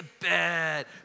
Bad